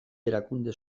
erakunde